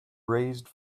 raised